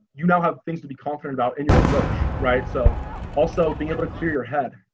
you now have things to be confident about in your approach, right. so also being able to clear your head,